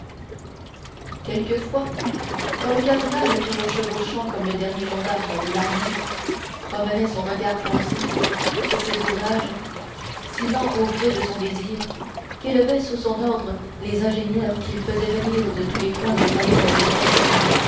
quelquefois quand le cardinal toujours chevauchant comme le dernier gendarme de l'armée promenait son regard pensif sur ces ouvrages si lents au gré de son désir qu'élevaient sous son ordre les ingénieurs qu'il faisait venir de tous les coins du royaume de france